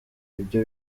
ibyo